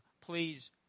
please